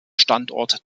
standort